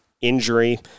injury